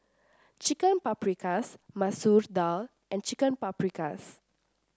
Chicken Paprikas Masoor Dal and Chicken Paprikas